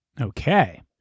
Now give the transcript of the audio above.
Okay